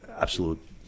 absolute